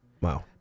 Wow